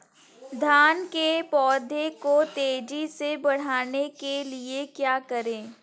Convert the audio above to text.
धान के पौधे को तेजी से बढ़ाने के लिए क्या करें?